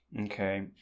okay